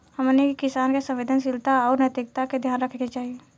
हमनी के किसान के संवेदनशीलता आउर नैतिकता के ध्यान रखे के चाही